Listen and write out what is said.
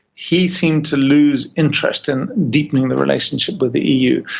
he seemed to lose interest in deepening the relationship with the eu.